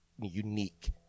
unique